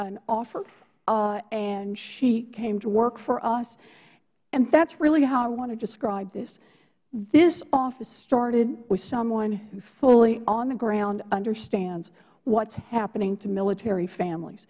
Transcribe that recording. an offer and she came to work for us and that is really how i want to describe this this office started with someone who fully ontheground understands what is happening to military families